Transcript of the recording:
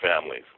families